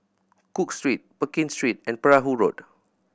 Cook Street Pekin Street and Perahu Road